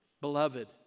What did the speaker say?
Beloved